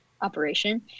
operation